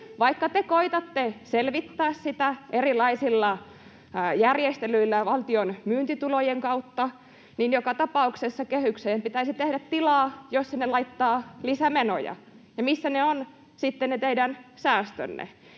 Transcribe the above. Vaikka te koetatte selvittää sitä erilaisilla järjestelyillä valtion myyntitulojen kautta, joka tapauksessa kehykseen pitäisi tehdä tilaa, jos sinne laittaa lisämenoja. Missä ovat sitten ne teidän säästönne?